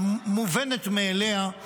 המובנת מאליה,